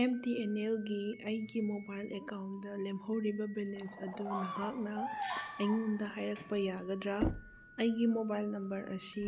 M T N ꯑꯦꯜꯒꯤ ꯑꯩꯒꯤ mobile ꯑꯦꯀꯥꯎꯟꯗ ꯂꯦꯝꯍꯧꯔꯤꯕ ꯕꯦꯂꯦꯟꯁ ꯑꯗꯨ ꯅꯍꯥꯛꯅ ꯑꯩꯉꯣꯟꯗ ꯍꯥꯏꯔꯛꯄ ꯌꯥꯒꯗ꯭ꯔ ꯑꯩꯒꯤ ꯃꯣꯕꯥꯏꯜ ꯅꯝꯕꯔ ꯑꯁꯤ